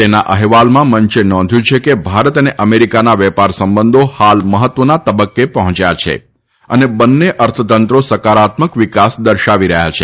તેના અહેવાલમાં મંચે નોંધ્યું છે કે ભારત અને અમેરિકાના વેપાર સંબંધો હાલ મહત્વના તબક્કે પહોંચ્યા છે અને બંને અર્થતંત્રો સકારાત્મક વિકાસ દર્શાવી રહ્યા છે